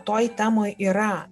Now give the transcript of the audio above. toj temoj yra